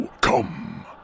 come